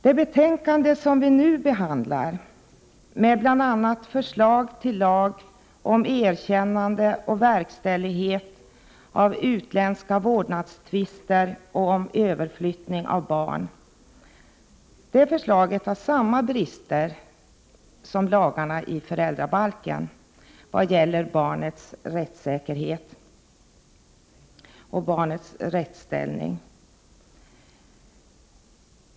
Det betänkande som vi nu behandlar, med bl.a. förslag till lag om erkännande och verkställighet av utländska vårdnadstvister och om överflyttning av barn, har samma brister som lagarna i föräldrabalken när det gäller barnets rättssäkerhet och barnets rättsställning.